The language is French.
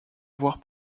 voir